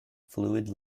fluid